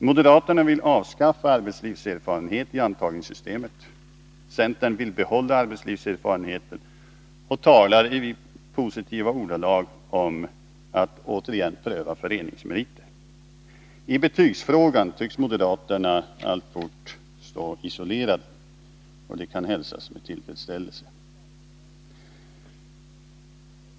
Moderaterna vill avskaffa arbetslivserfarenhet i antagningssystemet. Centern vill behålla arbetslivserfarenheten och talar i positiva ordalag om att återigen pröva föreningsmeriter. I betygsfrågan tycks moderaterna alltfort stå isolerade, och det kan hälsas med tillfredsställelse.